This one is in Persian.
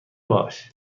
باش